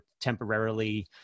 temporarily